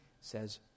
says